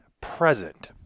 present